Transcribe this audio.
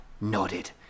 nodded